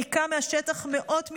ניקה מהשטח מאות מטענים.